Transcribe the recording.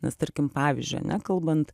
nes tarkim pavyzdžiui ane kalbant